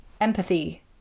empathy